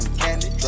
candy